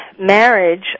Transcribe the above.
marriage